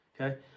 Okay